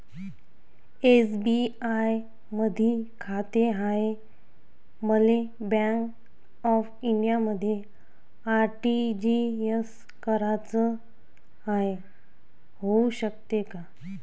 SBI मधी खाते हाय, मले बँक ऑफ इंडियामध्ये आर.टी.जी.एस कराच हाय, होऊ शकते का?